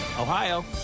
Ohio